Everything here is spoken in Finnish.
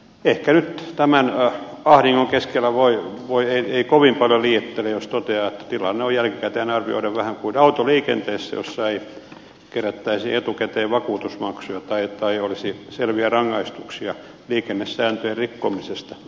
ehkä nyt tämän ahdingon keskellä ei kovin paljon liioittele jos toteaa että tilanne on jälkikäteen arvioiden vähän kuin autoliikenteessä jossa ei kerättäisi etukäteen vakuutusmaksuja tai ei olisi selviä rangaistuksia liikennesääntöjen rikkomisesta